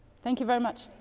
thank you very much.